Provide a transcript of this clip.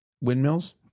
windmills